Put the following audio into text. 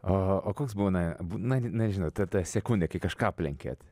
o o koks būna na nežinau ta sekundė kai kažką aplenkiat